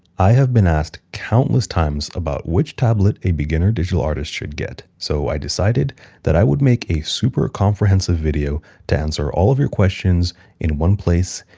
i have been asked countless times about which tablet a beginner digital artist should get, so i decided that i would make a super-comprehensive video to answer all of your questions in one place,